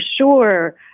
sure